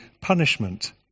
punishment